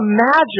imagine